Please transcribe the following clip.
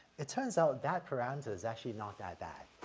it turns out that parameter is actually not that bad,